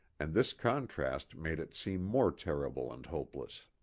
and this contrast made it seem more terrible and hopeless.